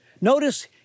Notice